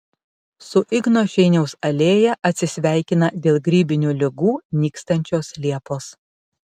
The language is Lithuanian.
su igno šeiniaus alėja atsisveikina dėl grybinių ligų nykstančios liepos